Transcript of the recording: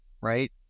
right